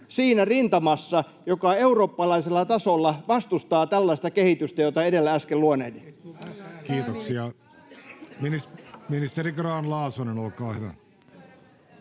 siinä rintamassa, joka eurooppalaisella tasolla vastustaa tällaista kehitystä, jota edellä äsken luonnehdin. [Jani Mäkelän